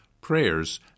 prayers